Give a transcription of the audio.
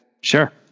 Sure